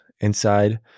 inside